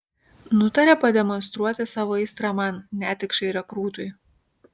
nutarė pademonstruoti savo aistrą man netikšai rekrūtui